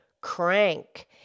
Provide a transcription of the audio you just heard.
crank